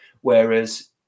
Whereas